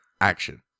Action